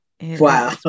Wow